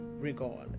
regardless